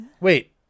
Wait